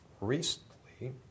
Recently